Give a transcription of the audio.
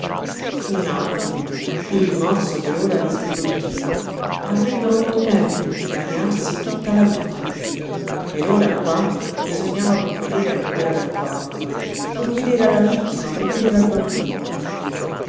fu un attimo il rimorso per ora li sbigottiva avrebbero avuto tempo di dilaniarsi tutta la vita per ora qua bisognava provvedere ancora d'accordo provvedere alla vittima provvedere al bambino